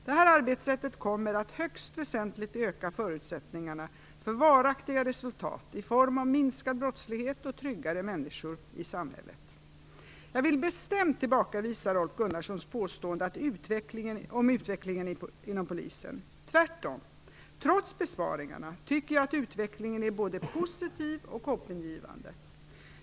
Detta arbetssätt kommer att högst väsentligt öka förutsättningarna för varaktiga resultat i form av minskad brottslighet och tryggare människor i samhället. Jag vill bestämt tillbakavisa Rolf Gunnarssons påstående om utvecklingen inom Polisen. Tvärtom - trots besparingarna - tycker jag att utvecklingen är både positiv och hoppingivande.